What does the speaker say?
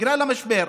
בגלל המשבר,